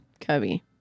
Cubby